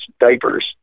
Diapers